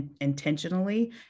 intentionally